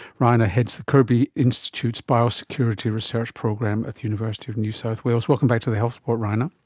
raina heads the kirby institute's biosecurity research program at the university of new south wales. welcome back to the health report, raina.